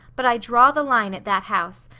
but i draw the line at that house.